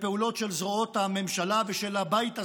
בפעולות של זרועות הממשלה ושל הבית הזה,